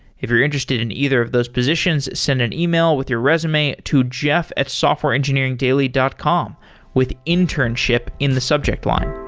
if you're interested in either of those positions, send an email with your resume to jeff at softwareengineeringdaily dot com with internship in the subject line.